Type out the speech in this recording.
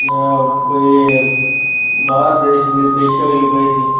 जि'यां कोई बाह्र देश दी डिश होई कोई